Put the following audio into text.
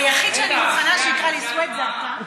היחיד שאני מוכנה שיקרא לי סווד זה אתה.